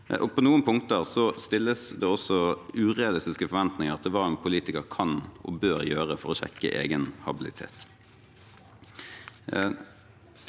På noen punkter stilles det også urealistiske forventninger til hva en politiker kan og bør gjøre for å sjekke egen habilitet.